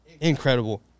incredible